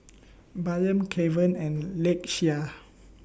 Bynum Kevan and Lakeshia